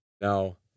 now